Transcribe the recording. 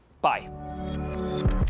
bye